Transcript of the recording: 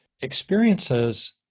experiences